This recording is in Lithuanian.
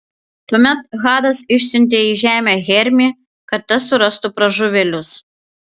tuomet hadas išsiuntė į žemę hermį kad tas surastų pražuvėlius